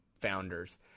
founders